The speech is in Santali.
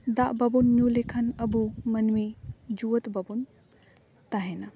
ᱫᱟᱜ ᱵᱟᱵᱚᱱ ᱧᱩ ᱞᱮᱠᱷᱟᱱ ᱟᱵᱚ ᱢᱟᱹᱱᱢᱤ ᱡᱩᱣᱟᱹᱛ ᱵᱟᱵᱚᱱ ᱛᱟᱦᱮᱱᱟ